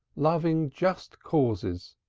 loving just courses,